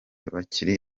bakiri